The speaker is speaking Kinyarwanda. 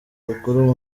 bukuru